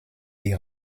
die